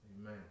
Amen